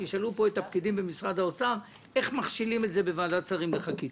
תשאלו פה את הפקידים במשרד האוצר איך מכשילים את זה בוועדת שרים לחקיקה.